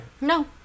No